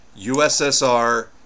USSR